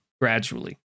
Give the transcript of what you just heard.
gradually